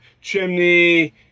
chimney